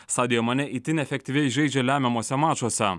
sadijo manė itin efektyviai žaidžia lemiamuose mačuose